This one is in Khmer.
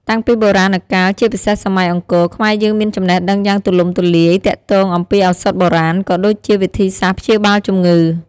តាំងពីបុរាណកាល ជាពិសេសសម័យអង្គរ ខ្មែរយើងមានចំណេះដឹងយ៉ាងទូលំទូលាយទាក់ទងអំពីឱសថបុរាណ ក៏ដូចជាវិធីសាស្ត្រព្យាបាលជំងឺ។